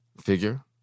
Figure